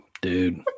dude